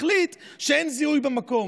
החליט שאין זיהוי במקום.